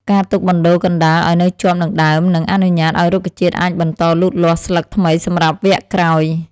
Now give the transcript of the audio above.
ការទុកបណ្ដូលកណ្ដាលឱ្យនៅជាប់នឹងដើមនឹងអនុញ្ញាតឱ្យរុក្ខជាតិអាចបន្តលូតលាស់ស្លឹកថ្មីសម្រាប់វគ្គក្រោយ។